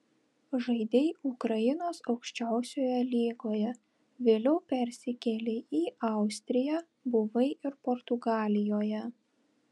žaidei ukrainos aukščiausioje lygoje vėliau persikėlei į austriją buvai ir portugalijoje